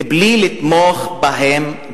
בלי לתמוך בהם,